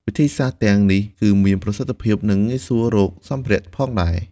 វិធីសាស្ត្រទាំងនេះគឺមានប្រសិទ្ធភាព និងងាយស្រួលរកសម្ភារៈផងដែរ។